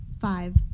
Five